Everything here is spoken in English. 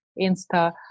Insta